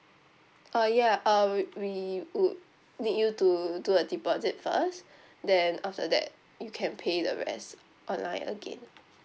uh ya uh we we would need you to do a deposit first then after that you can pay the rest online again